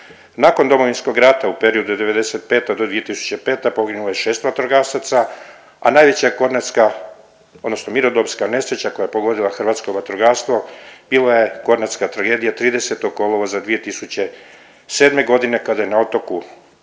Nakon Domovinskog rata u periodu od '95. do 2005. poginulo je 6 vatrogasaca, a najveća je kornatska odnosno mirnodopska nesreća koja je pogodila hrvatsko vatrogastvo bila je kornatska tragedija 30. kolovoza 2007. godine kada je na otoku